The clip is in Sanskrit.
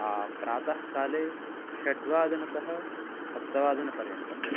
प्रातः काले षड्वादनतः सप्तवादनपर्यन्तम्